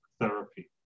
therapy